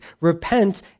repent